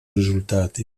risultati